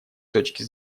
точки